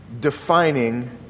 defining